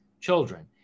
children